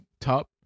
top